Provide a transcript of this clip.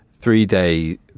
three-day